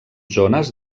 zones